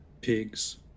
pigs